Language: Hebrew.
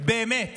באמת